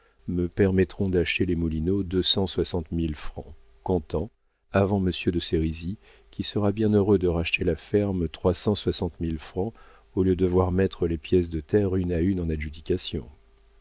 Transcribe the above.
me permettront d'acheter les moulineaux deux cent soixante mille francs comptant avant monsieur de sérisy qui sera bien heureux de racheter la ferme trois cent soixante mille francs au lieu de voir mettre les pièces de terre une à une en adjudication